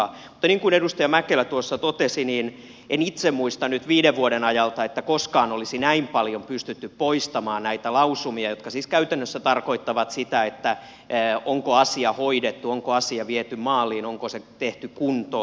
mutta niin kuin edustaja mäkelä tuossa totesi niin en itse muista nyt viiden vuoden ajalta että koskaan olisi näin paljon pystytty poistamaan näitä lausumia jotka siis käytännössä tarkoittavat sitä onko asia hoidettu onko asia viety maaliin onko se tehty kuntoon